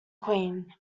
queen